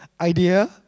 Idea